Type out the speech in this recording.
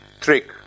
trick